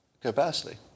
capacity